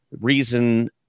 Reason